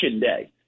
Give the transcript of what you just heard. day